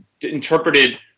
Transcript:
interpreted